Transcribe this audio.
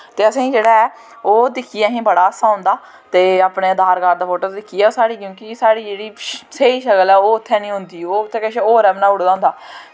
ते असें ई जेह्ड़ा ओह् दिक्खियै असें बड़ा हास्सा औंदा ते अपने आधार कार्ड दा फोटो दिक्खियै क्योंकि साढ़ी जेह्की साढ़ी स्हेई शकल ऐ ओह् उत्थै निं होंदी ओह् उत्थै किश होर गै बनाई ओड़े दा होंदा